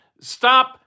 Stop